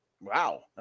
wow